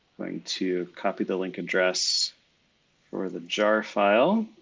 going to copy the link address for the jar file.